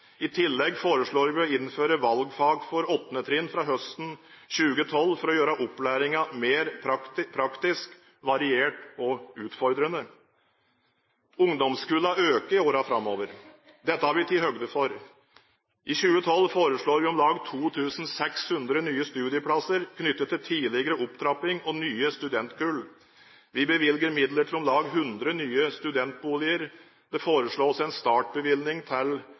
I tillegg foreslår vi å innføre valgfag for 8. trinn fra høsten 2012 for å gjøre opplæringen mer praktisk, variert og utfordrende. Ungdomskullene øker i årene framover. Dette har vi tatt høyde for. I 2012 foreslår vi om lag 2 600 nye studieplasser knyttet til tidligere opptrapping og nye studentkull. Vi bevilger midler til om lag 1 000 studentboliger. Det foreslås en startbevilgning til